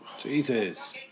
Jesus